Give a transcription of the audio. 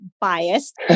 biased